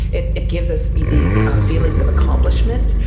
it it gives us these feelings of accomplishment.